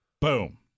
Boom